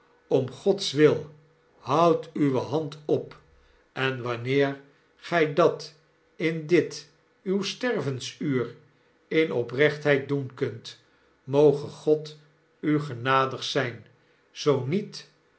om godswil houd uwe hand op en wanneer gy dat in dit uw stervensuur in oprechtheid doen kunt moge god u genadig zijn zoo niet